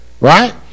Right